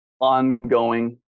ongoing